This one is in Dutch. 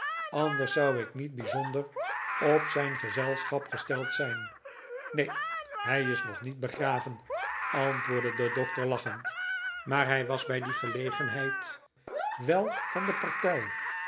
anders zou ik niet bijzonder op zijn gezelschap gesteld zijn neen hij is nog niet begraven antwoordde de dokter lachend maar hij was bij die gelegenheid wel van de partij